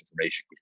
information